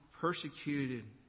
persecuted